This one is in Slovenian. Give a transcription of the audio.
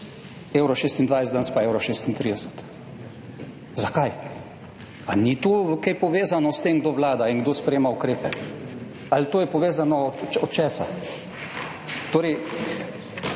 evro 26, danes pa evro 36. Zakaj? Ali ni to kaj povezano s tem, kdo vlada in kdo sprejema ukrepe? Ali to je povezano, od česa? Torej,